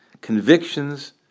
convictions